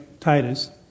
Titus